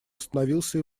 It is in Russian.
остановился